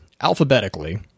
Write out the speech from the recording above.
alphabetically